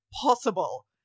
possible